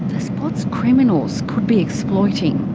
the spots criminals could be exploiting.